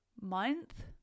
month